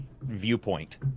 viewpoint